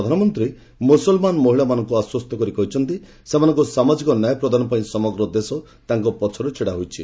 ପ୍ରଧାନମନ୍ତ୍ରୀ ମୁସଲମାନ ମହିଳାମାନଙ୍କୁ ଆଶ୍ୱସ୍ତ କରି କହିଛନ୍ତି ସେମାନଙ୍କୁ ସାମାଜିକ ନ୍ୟାୟ ପ୍ରଦାନ ପାଇଁ ସମଗ୍ର ଦେଶ ତାଙ୍କ ପଛରେ ଛିଡା ହୋଇଛି